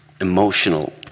emotional